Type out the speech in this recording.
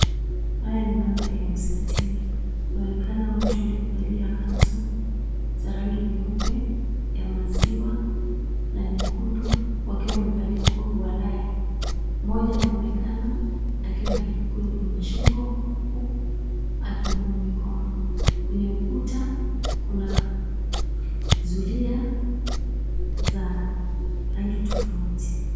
Haya ni mandhari ya msikitini. Kuonekana watu waliovalia kanzu za rangi nyeupe ya maziwa na nyekundu, wakiwa wamevalia walahi. Mmoja anaonekana akiwa na kikoi kwenye shingo, huku akiinua mikono. Kwenye ukuta kuna zulia za rangi tofauti